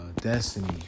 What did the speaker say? destiny